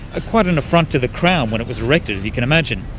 ah quite an affront to the crown when it was erected, as you can imagine.